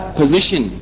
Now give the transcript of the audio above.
position